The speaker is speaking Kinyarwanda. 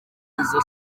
izo